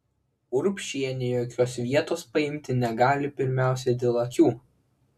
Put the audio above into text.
urbšienė jokios vietos paimti negali pirmiausia dėl akių